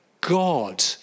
God